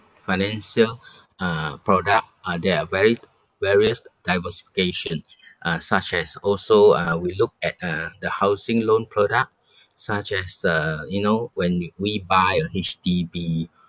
financial uh product uh there are vari~ various diversification uh such as also uh we look at uh the housing loan product such as uh you know when we we buy a H_D_B